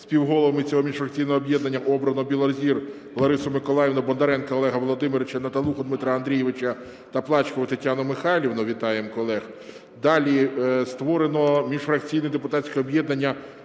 Співголовами цього міжфракційного об'єднання обрано Білозір Ларису Миколаївну, Бондаренка Олега Володимировича, Наталуху Дмитра Андрійовича та Плачкову Тетяну Михайлівну. Вітаємо колег. Далі, створено міжфракційне депутатське об'єднання